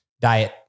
diet